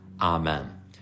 Amen